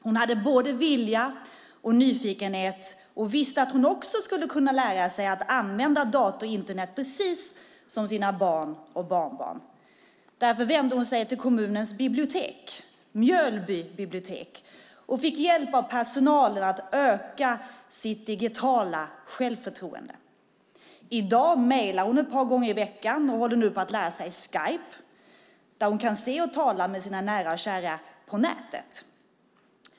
Hon hade både vilja och nyfikenhet och visste att hon också skulle kunna lära sig att använda dator och Internet precis som sina barn och barnbarn. Därför vände hon sig till kommunens bibliotek, Mjölby bibliotek, och fick hjälp av personalen att öka sitt digitala självförtroende. I dag mejlar hon ett par gånger i veckan och håller nu på att lära sig Skype, där hon kan se och tala med sina nära och kära på nätet.